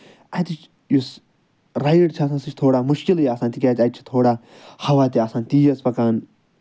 اَتِچ یُس رایِڈ چھِ آسان سُہ چھِ تھوڑا مُشکِلٕے آسان تِکیازِ اَتہِ چھُ تھوڑا ہَوا تہِ آسان تیز پَکان